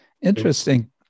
Interesting